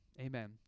Amen